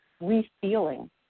re-feeling